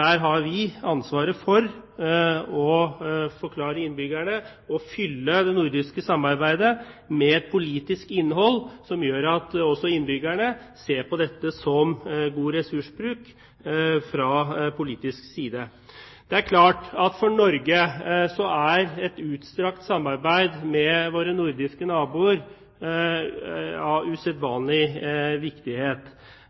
fylle det nordiske samarbeidet med et politisk innhold som gjør at også innbyggerne ser på dette som god ressursbruk fra politisk side. Det er klart at for Norge er et utstrakt samarbeid med våre nordiske naboer av